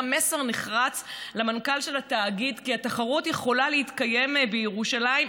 מסר נחרץ למנכ"ל של התאגיד שהתחרות יכולה להתקיים בירושלים,